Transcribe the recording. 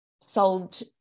sold